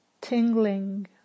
tingling